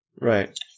Right